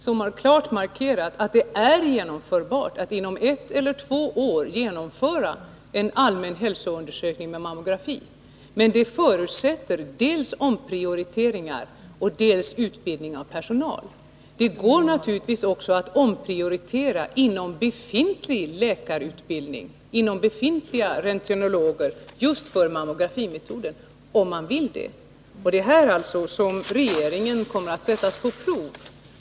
Det markeras klart att det är genomförbart att inom ett eller två år åstadkomma en allmän hälsoundersökning med mammografi. Men det förutsätter dels omprioriteringar, dels utbildning av personal. Det går naturligtvis också att göra omprioriteringar bland befintliga röntgenologer just för mammografimetoden, om man vill det. Det är här som tegeringen kommer att sättas på prov.